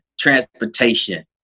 transportation